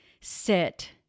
sit